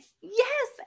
yes